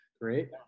Great